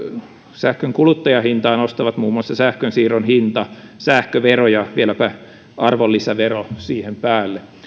sähkön kuluttajahintaa nostavat muun muassa sähkönsiirron hinta sähkövero ja vieläpä arvonlisävero siihen päälle